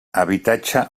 habitatge